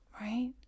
Right